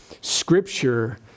Scripture